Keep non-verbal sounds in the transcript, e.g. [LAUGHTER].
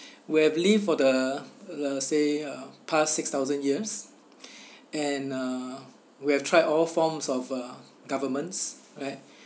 where I believe for the let's say uh past six thousand years [BREATH] and uh we have tried all forms of uh governments from